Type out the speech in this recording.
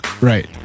Right